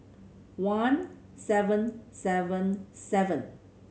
one seven seven seven